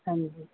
ਹਾਂਜੀ